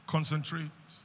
Concentrate